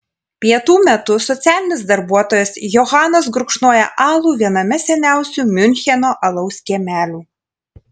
pietų metu socialinis darbuotojas johanas gurkšnoja alų viename seniausių miuncheno alaus kiemelių